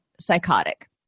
psychotic